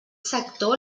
sector